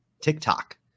TikTok